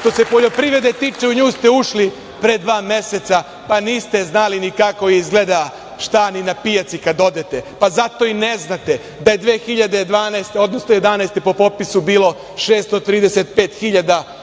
Što se poljoprivrede tiče, u nju ste ušli pre dva meseca, pa niste znali ni kako izgleda šta ni na pijaci kada odete, pa zato i ne znate da je 2011. godine po popisu bilo 635 hiljada